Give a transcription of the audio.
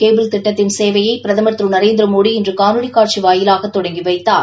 cable திட்டத்தின் சேவையை பிரதமர் திரு நரேந்திரமோடி மோடி இன்று காணோலி காட்சி வாயிலாக தொடங்கி வைத்தார்